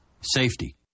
safety